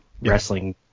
wrestling